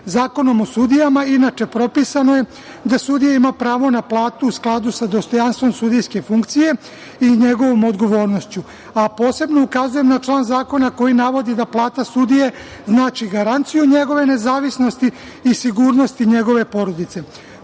Zakonom o sudijama je inače propisano da sudija ima pravo na platu u skladu sa dostojanstvom sudijske funkcije i njegovom odgovornošću, a posebno ukazujem na član zakona koji navodi da plata sudije znači garanciju njegove nezavisnosti i sigurnosti njegove porodice. Pored